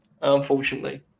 unfortunately